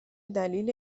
دلیل